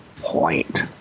point